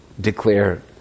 declare